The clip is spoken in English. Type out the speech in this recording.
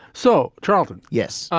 so charleton. yes.